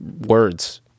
words